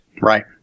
Right